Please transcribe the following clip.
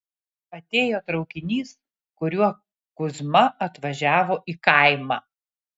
atėjo traukinys kuriuo kuzma atvažiavo į kaimą